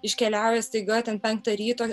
iškeliauja staiga ten penktą ryto